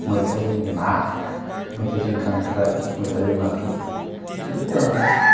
मैथाजों ना मैथाजों खांख्राय मैथाजों नाथुर